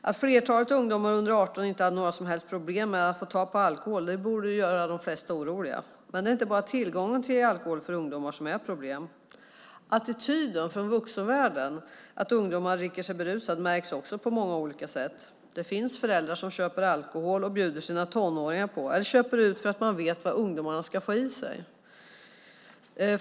Att flertalet ungdomar under 18 år inte hade några som helst problem med att få tag på alkohol borde göra de flesta oroliga. Men det är inte bara tillgången till alkohol för ungdomar som är ett problem. Attityden från vuxenvärlden till att ungdomar dricker sig berusade märks också på många olika sätt. Det finns föräldrar som köper alkohol och bjuder sina tonåringar på eller som köper ut för att veta vad ungdomarna får i sig.